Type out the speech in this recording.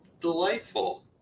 Delightful